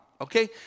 Okay